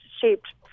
shaped